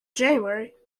january